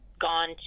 gone